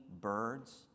birds